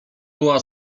była